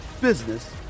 business